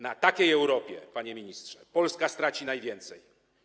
Na takiej Europie, panie ministrze, Polska straci najwięcej.